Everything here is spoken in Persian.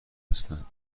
هستند